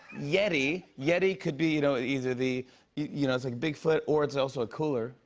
yeti yeti could be you know and either the you know, it's like bigfoot, or it's also a cooler.